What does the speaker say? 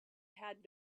had